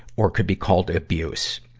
or could be called abuse,